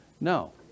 No